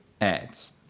ads